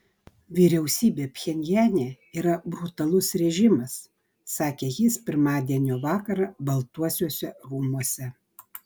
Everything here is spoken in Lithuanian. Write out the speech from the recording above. vyriausybė pchenjane yra brutalus režimas sakė jis pirmadienio vakarą baltuosiuose rūmuose